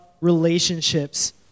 relationships